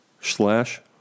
slash